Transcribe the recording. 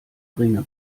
ringe